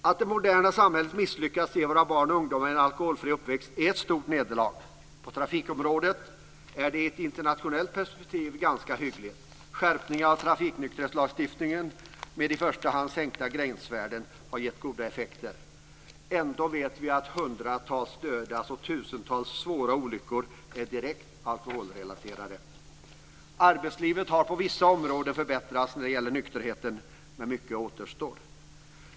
Att det moderna samhället misslyckats att ge våra barn och ungdomar en alkoholfri uppväxt är ett stort nederlag. På trafikområdet är det i ett internationellt perspektiv ganska hyggligt. Skärpningar av trafiknykterhetslagstiftningen med i första hand sänkta gränsvärden har gett goda effekter. Ändå vet vi att hundratals dödas och att tusentals svåra olyckor är direkt alkoholrelaterade. Arbetslivet har på vissa områden förbättrats när det gäller nykterheten, men mycket återstår.